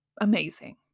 amazing